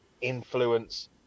influence